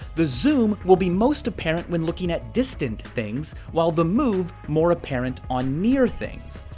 the zoom will be most apparent when looking at distant things, while the move more apparent on near things.